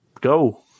Go